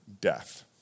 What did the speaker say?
death